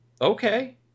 Okay